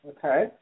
Okay